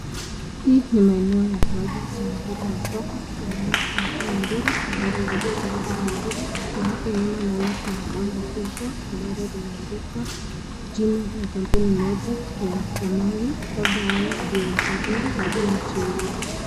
Hii ni maeneo cha kiwanja wa mpira ya soka, ninaona kuna timu mbili ambazo zinacheza huu mpira, na hapo nyuma naona kuna bango kubwa ambalo limeandikwa jina ya kampuni moja ya kamari labda hao ndo wafadhili wa huu mchezo.